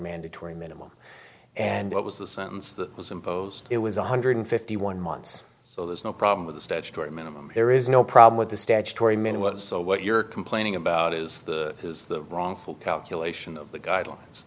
mandatory minimum and what was the sentence that was imposed it was one hundred fifty one months so there's no problem with the statutory minimum there is no problem with the statutory men was so what you're complaining about is the who is the wrongful calculation of the guidelines